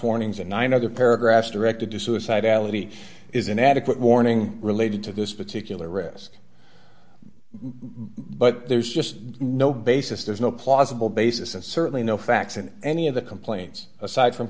warnings in nine other paragraphs directed to suicidality is an adequate warning related to this particular risk but there's just no basis there's no plausible basis and certainly no facts in any of the complaints aside from